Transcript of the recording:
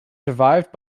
survived